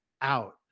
out